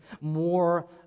more